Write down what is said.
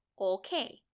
Okay